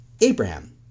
Abraham